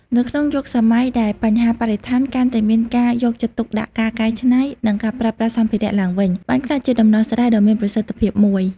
នៅក្នុងយុគសម័យដែលបញ្ហាបរិស្ថានកាន់តែមានការយកចិត្តទុកដាក់ ការកែច្នៃ និងការប្រើប្រាស់សម្ភារៈឡើងវិញ បានក្លាយជាដំណោះស្រាយដ៏មានប្រសិទ្ធភាពមួយ។